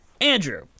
Andrew